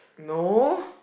no